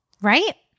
right